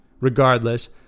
Regardless